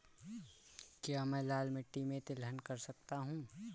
क्या मैं लाल मिट्टी में तिलहन कर सकता हूँ?